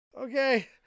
Okay